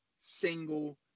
single